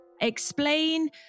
explain